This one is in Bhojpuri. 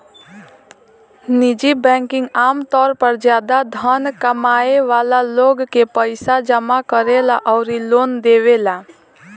निजी बैंकिंग आमतौर पर ज्यादा धन कमाए वाला लोग के पईसा जामा करेला अउरी लोन देवेला